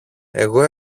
εγώ